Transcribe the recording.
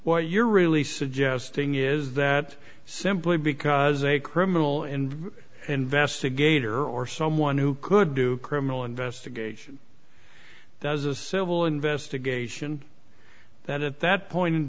what you're really suggesting is that simply because a criminal and investigator or someone who could do criminal investigation does a civil investigation that at that point in